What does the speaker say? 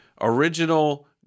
original